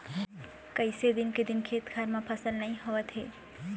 कइसे दिन के दिन खेत खार म फसल नइ होवत हे